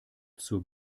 zur